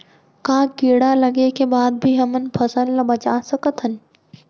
का कीड़ा लगे के बाद भी हमन फसल ल बचा सकथन?